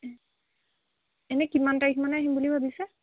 এনেই কিমান তাৰিখ মানে আহিম বুলি ভাবিছে